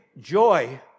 joy